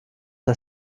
der